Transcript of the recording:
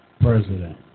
president